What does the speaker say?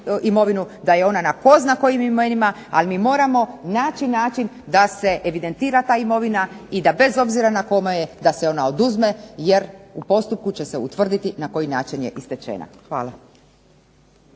da je ona na tko zna kojim imenima, ali mi moramo naći način da se evidentira ta imovina i da bez obzira na …/Ne razumije se./… da se ona oduzme, jer u postupku će se utvrditi na koji način je i stečena. Hvala.